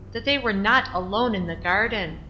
that they were not alone in the garden.